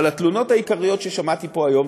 אבל התלונות העיקריות ששמעתי פה היום,